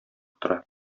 утыра